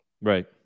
Right